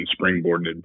springboarded